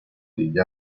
degli